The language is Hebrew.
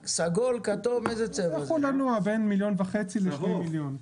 זה יכול לנוע בין מיליון וחצי ל-2 מיליון.